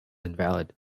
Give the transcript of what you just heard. invalid